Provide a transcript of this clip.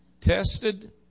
tested